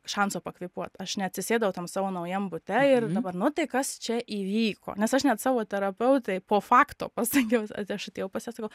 šanso pakvėpuot aš neatsisėdau tam savo naujam bute ir dabar nu tai kas čia įvyko nes aš net savo terapeutei po fakto pasakiau aš aš atėjau pas ją sakau